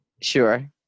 Sure